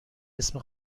اسم